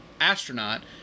astronaut